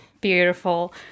Beautiful